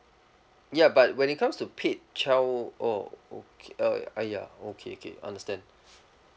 ya but when it comes to paid child oh okay uh !aiya! okay okay understand